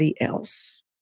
else